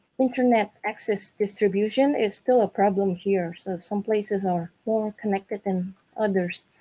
internet access distribution is still a problem here so some places are more connected than others.